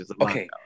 Okay